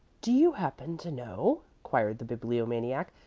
do you happen to know, queried the bibliomaniac,